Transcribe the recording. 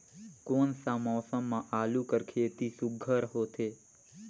कोन सा मौसम म आलू कर खेती सुघ्घर होथे?